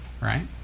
right